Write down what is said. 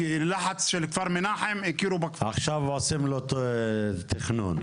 עכשיו עושים לו תכנון.